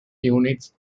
units